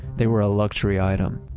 they were a luxury item.